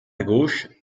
gauche